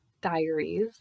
diaries